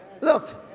Look